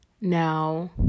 Now